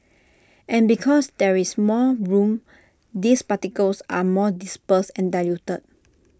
and because there is more room these particles are more dispersed and diluted